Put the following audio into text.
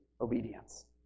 obedience